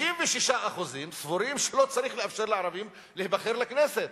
56% סבורים שלא צריך לאפשר לערבים להיבחר לכנסת.